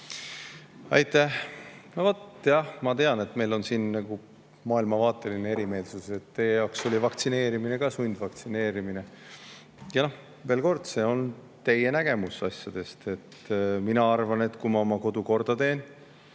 Aitäh! Jah, ma tean, et meil on siin maailmavaateline erimeelsus. Teie jaoks oli vaktsineerimine ka sundvaktsineerimine. Veel kord, see on teie nägemus asjadest. Mina arvan, et kui ma oma kodu korda teen,